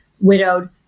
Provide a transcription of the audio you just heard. widowed